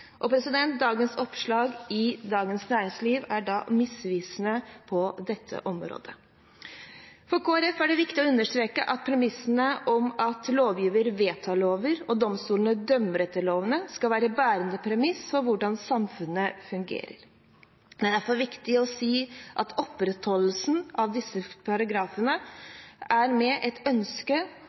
Dagens oppslag i Dagens Næringsliv er da misvisende på dette området. For Kristelig Folkeparti er det viktig å understreke at premisset om at lovgiver vedtar lover og domstolene dømmer etter lovene, skal være et bærende premiss for hvordan samfunnet fungerer. Det er derfor viktig å si at opprettholdelsen av disse paragrafene er med et ønske